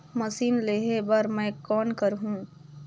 Machine लेहे बर मै कौन करहूं?